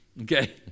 Okay